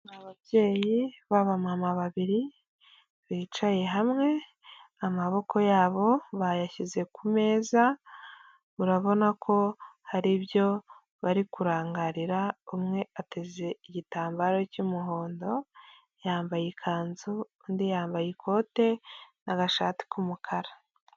Ababyeyi b'abamama babiri bicaye hamwe, amaboko yabo bayashyize ku meza urabona ko hari ibyo bari kurangarira, umwe ateze igitambaro cy'umuhondo yambaye ikanzu, undi yambaye ikote n'agashati k'umukara.